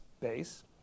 base